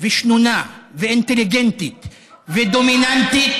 ושנונה ואינטליגנטית ודומיננטית,